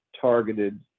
targeted